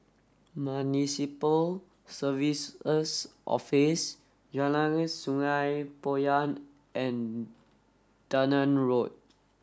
Municipal Services Office Jalan Sungei Poyan and Dunearn Road